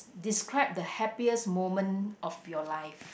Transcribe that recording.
describe the happiest moment of your life